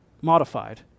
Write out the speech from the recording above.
modified